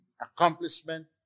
accomplishment